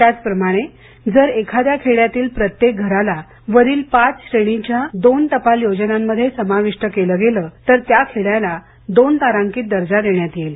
त्याचप्रमाणे जर एखाद्या खेड्यातील प्रत्येक घरास वरील पाच श्रेणीच्या दोन टपाल योजनांमध्ये समाविष्ट केले गेले तर त्या खेड्याला दोन तारांकित दर्जा देण्यात येईल